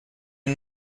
une